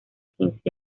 quince